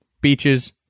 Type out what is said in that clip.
beaches